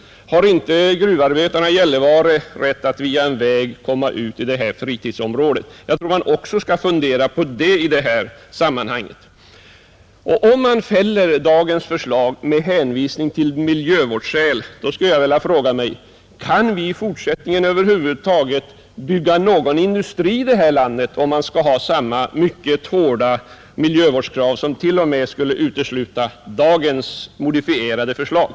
Har inte gruvarbetarna i Gällivare rätt att via en väg komma ut i detta fritidsområde? Jag tror att man också skall fundera på det i detta sammanhang. Om man fäller dagens förslag med hänvisning till miljövårdsskäl skulle jag vilja fråga: Kan vi i fortsättningen över huvud taget bygga någon industri här i landet om man skall ha samma mycket hårda miljövårdskrav som t.o.m., skulle utesluta dagens modifierade förslag?